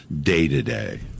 day-to-day